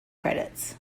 credits